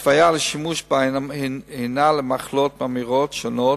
ההתוויה לשימוש בה הינה למחלות ממאירות שונות,